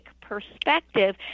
perspective